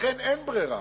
לכן, אין ברירה,